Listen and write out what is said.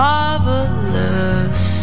Marvelous